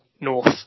north